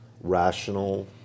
rational